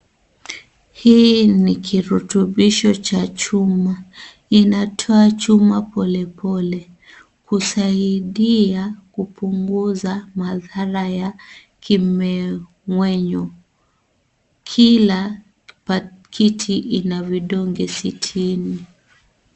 Hii ni kirutubisho cha chuma. Inatoa chuma pole pole. Husaidia kupunguza madhara ya kimeng'enyo. Kila pakiti ina vidonge sitini.